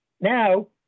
now